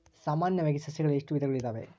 ಸಾಮಾನ್ಯವಾಗಿ ಸಸಿಗಳಲ್ಲಿ ಎಷ್ಟು ವಿಧಗಳು ಇದಾವೆ?